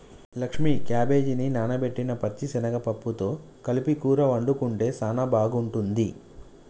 లక్ష్మీ క్యాబేజిని నానబెట్టిన పచ్చిశనగ పప్పుతో కలిపి కూర వండుకుంటే సానా బాగుంటుంది